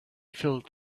filled